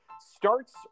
starts